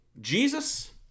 Jesus